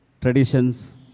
Traditions